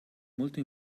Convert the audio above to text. molto